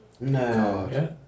No